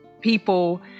people